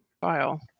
file